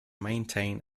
maintain